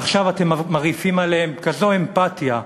ועכשיו אתם מרעיפים עליהם כזו אמפתיה,